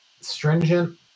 stringent